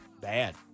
bad